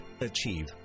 achieve